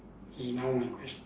okay now my question